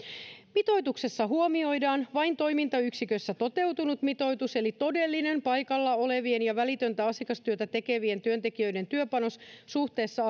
mitoituksessa huomioidaan vain toimintayksikössä toteutunut mitoitus eli todellinen paikalla olevien ja välitöntä asiakastyötä tekevien työntekijöiden työpanos suhteessa